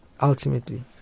ultimately